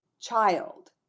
child